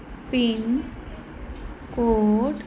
PIN code